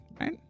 right